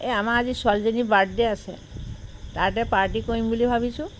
এই আমাৰ আজি ছোৱালীজনীৰ বাৰ্থডে আছে তাতে পাৰ্টি কৰিম বুলি ভাবিছোঁ